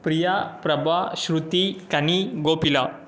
Priya Prabha Shruti Kani Kopila